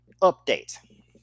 update